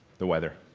the weather.